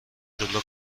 جلو